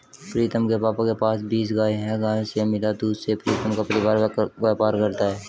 प्रीतम के पापा के पास बीस गाय हैं गायों से मिला दूध से प्रीतम का परिवार व्यापार करता है